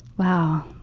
wow.